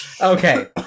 Okay